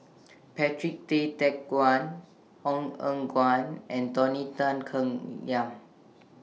Patrick Tay Teck Guan Ong Eng Guan and Tony Tan Keng Yam